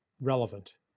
relevant